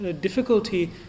difficulty